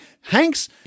Hanks